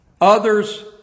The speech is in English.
Others